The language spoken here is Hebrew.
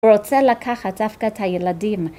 הוא רוצה לקחת דווקא את הילדים